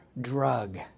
drug